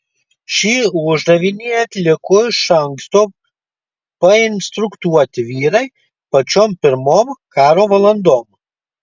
šį uždavinį atliko iš anksto painstruktuoti vyrai pačiom pirmom karo valandom